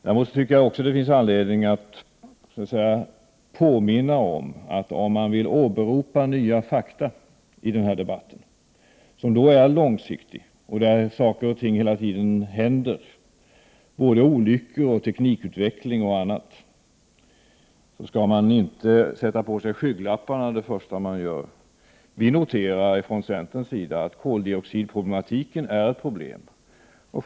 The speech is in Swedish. Däremot tycker jag att det finns anledning att påminna om, att vill man åberopa nya fakta i debatten, som är långsiktig — saker och ting händer hela tiden, olyckor, teknikutveckling och annat — skall man inte sätta på sig skygglapparna det första man gör. Vi noterar från centerns sida att koldioxidproblematiken är ett bekymmer.